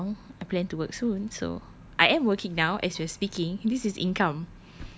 not for long I plan to work soon so I am working now as we are speaking this is income